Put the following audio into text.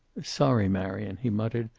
sorry, marion, he muttered.